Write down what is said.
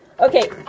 Okay